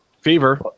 fever